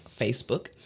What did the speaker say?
Facebook